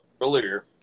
earlier